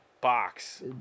box